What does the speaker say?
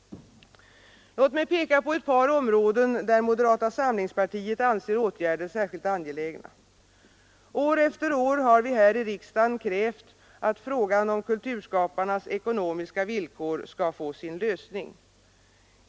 Låt mig peka på ett par områden där moderata samlingspartiet anser åtgärder särskilt angelägna. År efter år har vi här i riksdagen krävt att frågan om kulturskaparnas ekonomiska villkor skall få sin lösning.